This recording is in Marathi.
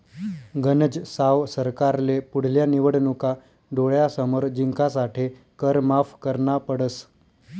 गनज साव सरकारले पुढल्या निवडणूका डोळ्यासमोर जिंकासाठे कर माफ करना पडस